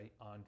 on